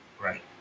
Right